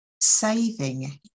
saving